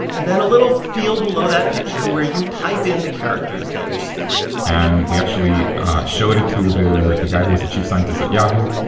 and then a little field below that picture where you type in the characters that you see and we actually showed it to the the guy who was the chief scientist at yahoo.